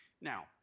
Now